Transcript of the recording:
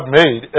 made